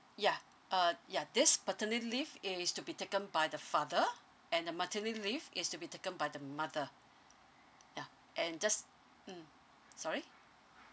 yeah uh yeah this paternity leave is to be taken by the father and the maternity leave is to be taken by the mother yeah and just mm sorry